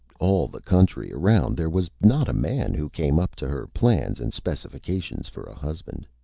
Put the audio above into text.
all the country around there was not a man who came up to her plans and specifications for a husband.